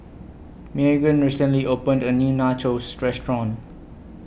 Meagan recently opened A New Nachos Restaurant